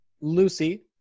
Lucy